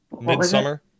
Midsummer